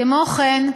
כמו כן,